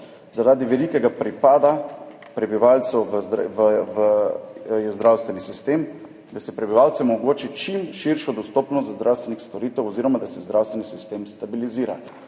zaradi velikega pripada v zdravstveni sistem, prebivalcem omogoči čim širšo dostopnost do zdravstvenih storitev oziroma da se zdravstveni sistem stabilizira.